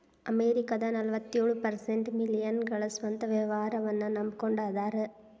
ಅಮೆರಿಕದ ನಲವತ್ಯೊಳ ಪರ್ಸೆಂಟ್ ಮಿಲೇನಿಯಲ್ಗಳ ಸ್ವಂತ ವ್ಯವಹಾರನ್ನ ನಂಬಕೊಂಡ ಅದಾರ